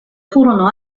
furono